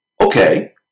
Okay